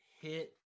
hit